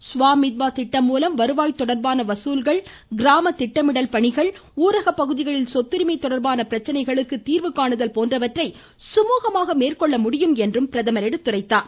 இந்த ஸ்வா மித்வா திட்டம் மூலம் வருவாய் தொடா்பான வசூல்கள் கிராம திட்டமிடல் பணிகள் ஊரகப்பகுதிகளில் சொத்துரிமை தொடர்பான பிரச்சினைகளுக்கு தீர்வு காணுதல் போன்றவற்றை சுமூகமாக மேற்கொள்ள முடியும் என்றும் அவர் சுட்டிக்காட்டினார்